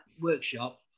workshop